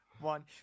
one